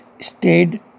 stayed